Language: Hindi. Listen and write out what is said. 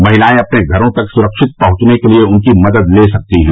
महिलाएं अपने घरों तक सुरक्षित पहुंचने के लिए उनकी मदद ले सकती हैं